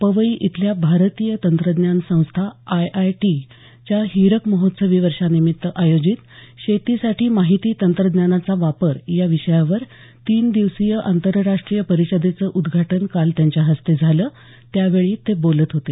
पवई इथल्या भारतीय तंत्रज्ञान संस्था आयआयटीच्या हिरक महोत्सवी वर्षानिमित्त आयोजित शेतीसाठी माहिती तंत्रज्ञानाचा वापर या विषयावर तीन दिवसीय आंतरराष्ट्रीय परिषदेचं उद्घाटन काल त्यांच्या हस्ते झालं त्यावेळी ते बोलत होते